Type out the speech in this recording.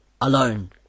alone